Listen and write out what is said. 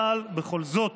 אבל בכל זאת,